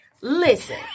listen